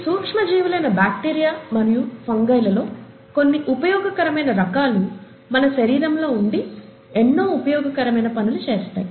ఈ సూక్ష్మ జీవులైన బాక్టీరియా మరియు ఫంగై లలో కొన్ని ఉపయోగకరమైన రకాలు మన శరీరం లో ఉండి ఎన్నో ఉపయోగకరమైన పనులు చేస్తాయి